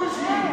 בוז'י.